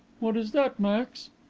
what is that, max?